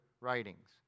writings